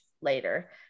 later